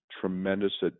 tremendous